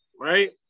right